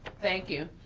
thank you,